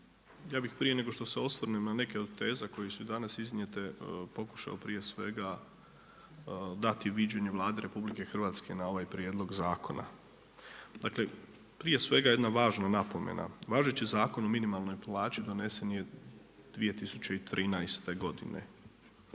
Ja bih prije nego što se osvrnem na neke od teza koje su danas iznijete pokušao prije svega dati viđenje Vlade RH na ovaj prijedlog zakona. Dakle, prije svega jedna važna napomena, važeći Zakon o minimalnoj plaći donesen je 2013. godine,